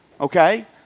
okay